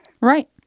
Right